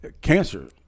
cancer